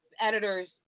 editors